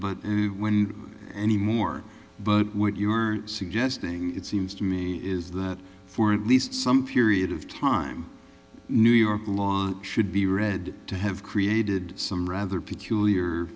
but when any more but what you are suggesting it seems to me is that for at least some period of time new york long should be read to have created some rather peculiar